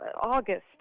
August